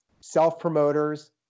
self-promoters